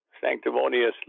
sanctimoniously